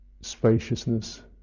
spaciousness